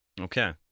Okay